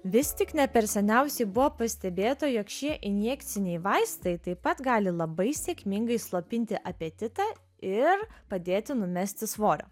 vis tik ne per seniausiai buvo pastebėta jog šie injekciniai vaistai taip pat gali labai sėkmingai slopinti apetitą ir padėti numesti svorio